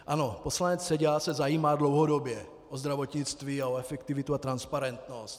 Ano, poslanec Seďa se zajímá dlouhodobě o zdravotnictví, efektivitu a transparentnost.